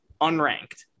unranked